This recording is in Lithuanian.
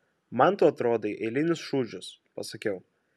man tu atrodai eilinis šūdžius pasakiau